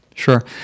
Sure